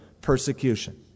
persecution